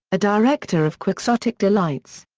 a director of quixotic delights.